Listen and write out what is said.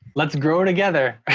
let's grow her together!